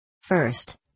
First